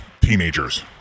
teenagers